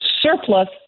surplus